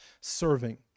serving